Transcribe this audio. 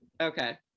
Okay